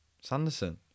Sanderson